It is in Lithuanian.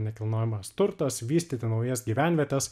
nekilnojamas turtas vystyti naujas gyvenvietes